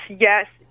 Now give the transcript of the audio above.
yes